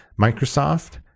Microsoft